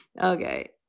Okay